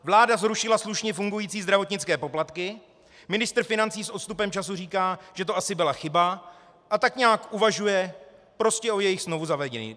Vláda zrušila slušně fungující zdravotnické poplatky, ministr financí s odstupem času říká, že to asi byla chyba, a tak nějak uvažuje prostě o jejich znovuzavedení.